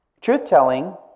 Truth-telling